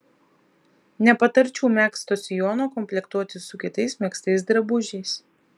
nepatarčiau megzto sijono komplektuoti su kitais megztais drabužiais